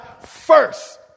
first